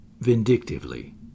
vindictively